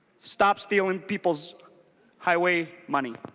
stop stealing people's highway money.